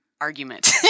argument